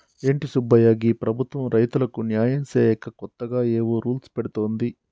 ఏంటి సుబ్బయ్య గీ ప్రభుత్వం రైతులకు న్యాయం సేయక కొత్తగా ఏవో రూల్స్ పెడుతోంది